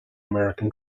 american